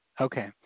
Okay